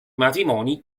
matrimoni